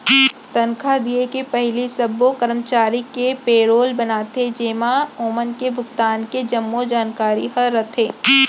तनखा दिये के पहिली सब्बो करमचारी के पेरोल बनाथे जेमा ओमन के भुगतान के जम्मो जानकारी ह रथे